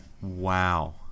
Wow